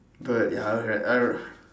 but ya I I